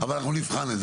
אבל אנחנו נבחן את זה.